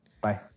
Bye